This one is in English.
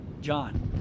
John